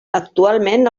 actualment